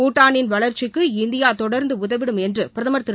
பூடாளின் வளர்ச்சிக்கு இந்தியா தொடர்ந்து உதவிடும் என்று பிரதம் திரு